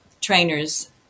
trainers